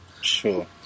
Sure